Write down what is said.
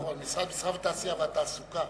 משרד המסחר, התעשייה והתעסוקה.